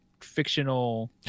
fictional